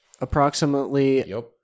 approximately